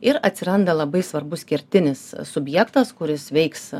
ir atsiranda labai svarbus kertinis subjektas kuris veiks